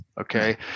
Okay